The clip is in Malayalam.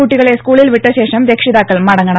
കുട്ടികളെ സ്കൂളിൽ വിട്ടശേഷം രക്ഷിതാക്കൾ മടങ്ങണം